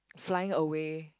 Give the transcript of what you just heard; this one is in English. flying away